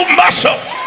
muscles